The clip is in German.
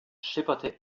schipperte